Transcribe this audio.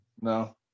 no